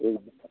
भेज दीजिए